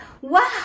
Wow